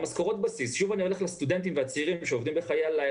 שוב אלך לסטודנטים והצעירים שעובדים בחיי הלילה,